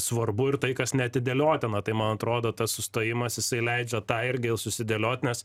svarbu ir tai kas neatidėliotina tai man atrodo tas sustojimas jisai leidžia tą irgi susidėliot nes